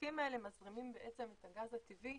הספקים האלה מזרימים את הגז הטבעי